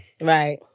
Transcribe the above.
Right